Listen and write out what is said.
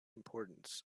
importance